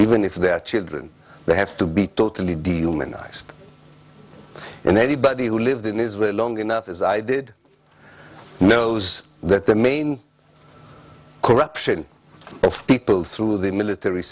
even if they're children they have to be totally deal minimised and anybody who lived in israel long enough as i did knows that the main corruption of people through the military